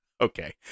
Okay